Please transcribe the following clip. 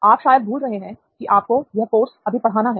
आप शायद भूल रहे हैं की आपको यह कोर्स अभी पढ़ाना है